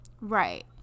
Right